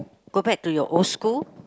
go back to your old school